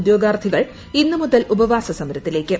ഉദ്യോഗാർത്ഥികൾ ഇന്നുമുതൽ ഉപവാസ സമരത്തിലേക്ക്